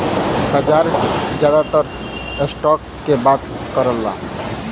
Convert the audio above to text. बाजार जादातर स्टॉक के बात करला